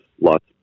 lots